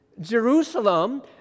Jerusalem